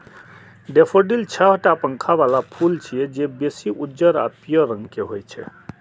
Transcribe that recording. daffodil छह टा पंख बला फूल छियै, जे बेसी उज्जर आ पीयर रंग के होइ छै